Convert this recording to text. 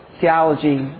theology